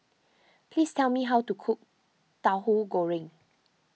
please tell me how to cook Tauhu Goreng